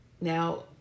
Now